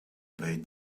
bade